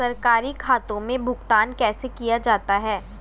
सरकारी खातों में भुगतान कैसे किया जाता है?